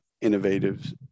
innovative